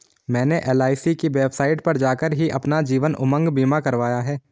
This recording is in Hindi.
मैंने एल.आई.सी की वेबसाइट पर जाकर ही अपना जीवन उमंग बीमा करवाया है